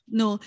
no